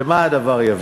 למה הדבר יביא?